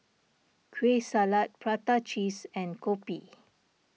Kueh Salat Prata Cheese and Kopi